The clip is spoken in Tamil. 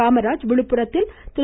காமராஜ் விழுப்புரத்தில் திரு